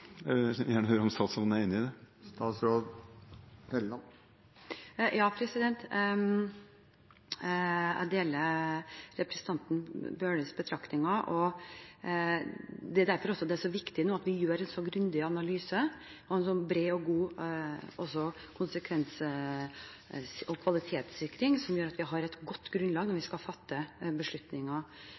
vil gjerne høre om statsråden er enig i det. Ja, jeg deler representanten Bøhlers betraktninger. Det er derfor det er så viktig at vi har en grundig analyse og en bred og god konseptvalgutredning og kvalitetssikring, slik at vi har et godt grunnlag når vi skal fatte beslutninger.